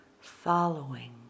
following